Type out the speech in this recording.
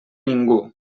ningú